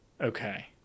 okay